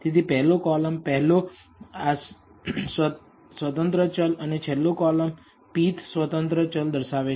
તેથી પહેલો કોલમ પહેલો આશ્રિત ચલ અને છેલ્લો કોલમ pth આશ્રિત ચલ દર્શાવે છે